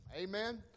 Amen